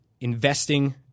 investing